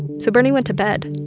so bernie went to bed.